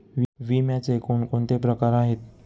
विम्याचे कोणकोणते प्रकार आहेत?